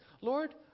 Lord